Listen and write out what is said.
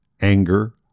anger